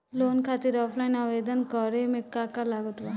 Loan खातिर offline आवेदन करे म का का लागत बा?